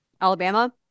Alabama